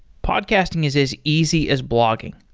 podcasting is as easy as blogging.